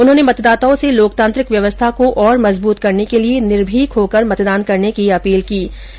उन्होंने मतदाताओं से लोकतांत्रिक व्यवस्था को और मजबूत करने के लिए निर्भीक होकर मतदान करने की अपील की है